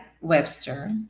Webster